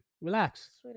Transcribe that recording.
relax